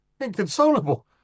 Inconsolable